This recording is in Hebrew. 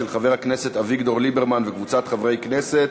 של חבר הכנסת אביגדור ליברמן וקבוצת חברי הכנסת.